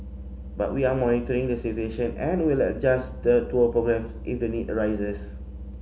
but we are monitoring the situation and will adjust the tour programmes if the need arises